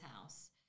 house